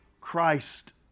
Christ